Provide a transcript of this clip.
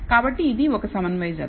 కాబట్టి ఇది ఒక సమన్వయ జత